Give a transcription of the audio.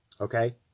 Okay